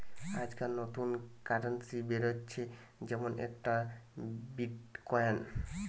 আজকাল নতুন কারেন্সি বেরাচ্ছে যেমন একটা বিটকয়েন